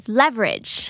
leverage